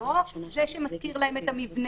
לא זה שמשכיר להם את המבנה,